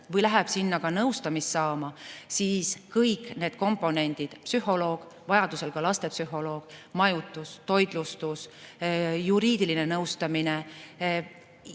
või läheb sinna nõustamist saama, siis kõik need komponendid – psühholoog, vajadusel ka lastepsühholoog, majutus, toitlustus, juriidiline nõustamine, teatud